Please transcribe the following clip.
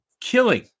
killing